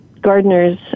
gardeners